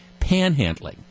Panhandling